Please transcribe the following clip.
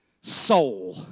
soul